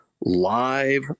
live